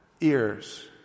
ears